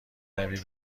روی